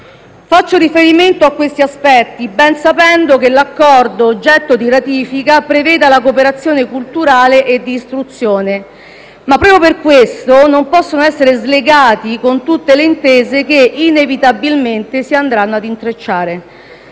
Faccio riferimento a questi aspetti ben sapendo che l'Accordo oggetto di ratifica prevede la cooperazione culturale e di istruzione, ma proprio per questo non possono essere slegati con tutte le intese che, inevitabilmente, si andranno ad intrecciare.